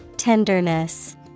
Tenderness